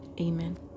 amen